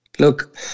Look